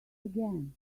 again